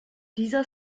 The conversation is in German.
dieser